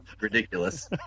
ridiculous